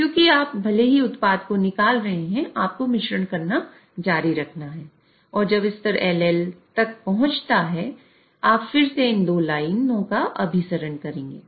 क्योंकि आप भले ही उत्पाद को निकाल रहे हैं आपको मिश्रण करना जारी रखना है और जब स्तर LL तक पहुँचता है आप फिर से इन 2 लाइनों का अभिसरण करेंगे